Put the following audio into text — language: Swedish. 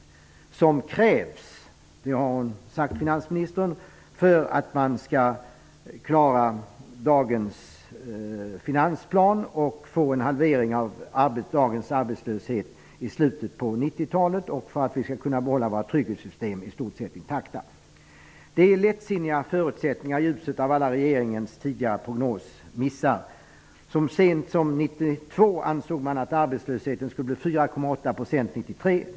Detta krävs -- det har finansministern sagt -- för att man skall klara dagens finansplan och få en halvering av dagens arbetslöshet i slutet av 90 talet och för att vi skall kunna behålla våra trygghetssystem i stort sett intakta. Det är lättsinniga förutsättningar i ljuset av alla regeringens tidigare prognosmissar. Så sent som 1992 ansåg man att arbetslösheten skulle bli 4,8 % 1993.